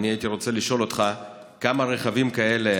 אני הייתי רוצה לשאול אותך: כמה רכבים כאלה